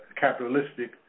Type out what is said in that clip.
capitalistic